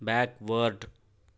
backward